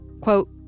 Quote